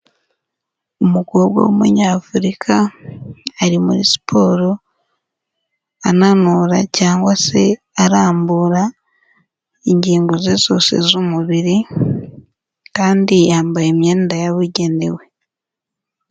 Umukobwa w'umunyafurika ari muri siporo ananura cyangwa se arambura ingingo ze zose z'umubiri, kandi yambaye imyenda yabugenewe.